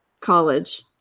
college